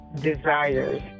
desires